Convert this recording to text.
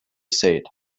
said